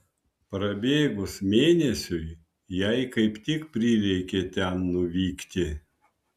prabėgus mėnesiui jai kaip tik prireikė ten nuvykti